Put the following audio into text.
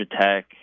Tech